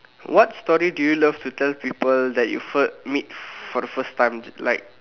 what story do you love to tell people that you first meet for the first time like